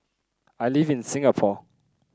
I live in Singapore